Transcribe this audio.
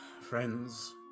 friends